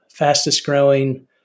fastest-growing